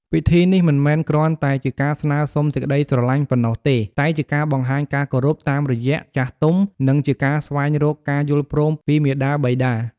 ពិធីនេះមិនមែនគ្រាន់តែជាការស្នើសុំសេចក្ដីស្រឡាញ់ប៉ុណ្ណោះទេ តែជាការបង្ហាញការគោរពតាមរយៈចាស់ទុំ និងជាការស្វែងរកការយល់ព្រមពីមាតាបិតា។